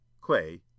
Clay